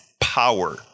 power